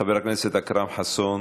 חבר הכנסת אכרם חסון,